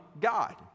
God